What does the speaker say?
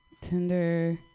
Tinder